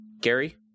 Gary